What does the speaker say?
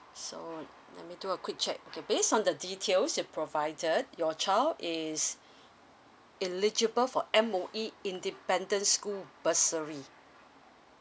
so just hold on let me do a quick check okay based on the details you've provided your child is eligible for M_O_E independent school bursary